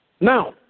Now